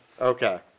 Okay